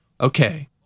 Okay